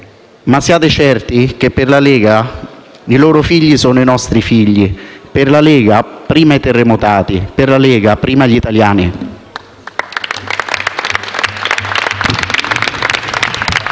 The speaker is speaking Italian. Ma siate certi che, per la Lega, i loro figli sono i nostri figli; per la Lega, prima i terremotati; per la Lega, prima gli italiani.